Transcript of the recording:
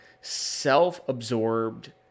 self-absorbed